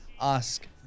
ask